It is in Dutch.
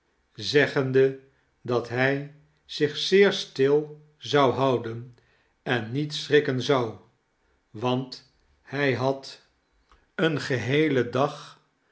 zeggende dat hij zich zeer stil zou houden en niet schrikken zou want hij had een gonelly heelen dag